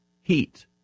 heat